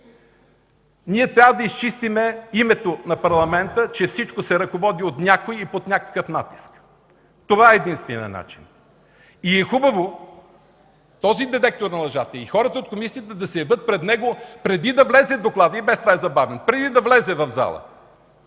Ние трябва да изчистим името на Парламента, че всичко се ръководи от някой и под някакъв натиск. Това е единственият начин. И е хубаво този детектор на лъжата и хората от комисията да се явят пред него преди да влезе докладът, и без това е забавен. Преди да влезе в залата,